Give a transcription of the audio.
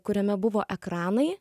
kuriame buvo ekranai